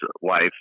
wife